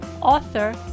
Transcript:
author